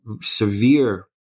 severe